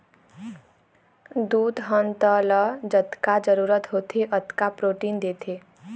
दूद ह तन ल जतका जरूरत होथे ओतका प्रोटीन देथे